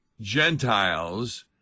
Gentiles